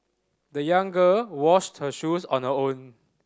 the young girl washed her shoes on her own